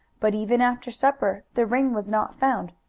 but even after supper, the ring was not found.